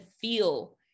feel